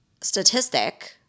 statistic